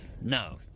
No